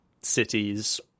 cities